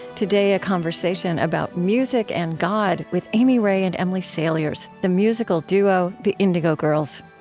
today, a conversation about music and god with amy ray and emily saliers the musical duo the indigo girls.